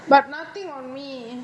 but nothing on me